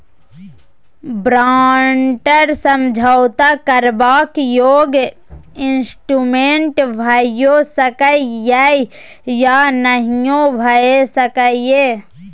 बारंट समझौता करबाक योग्य इंस्ट्रूमेंट भइयो सकै यै या नहियो भए सकै यै